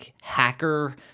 hacker